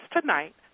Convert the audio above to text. tonight